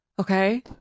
Okay